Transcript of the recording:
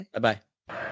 Bye-bye